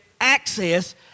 access